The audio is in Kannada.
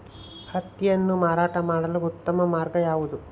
ಹತ್ತಿಯನ್ನು ಮಾರಾಟ ಮಾಡಲು ಉತ್ತಮ ಮಾರ್ಗ ಯಾವುದು?